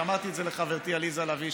ואמרתי את זה לחברתי עליזה לביא,